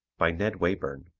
by ned wayburn